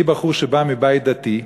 אני בחור שבא מבית דתי,